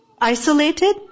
isolated